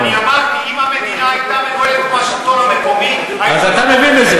נכון, אני מסביר לו מה שאני מסביר לך.